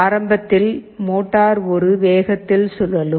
ஆரம்பத்தில் மோட்டார் ஒரு வேகத்தில் சுழலும்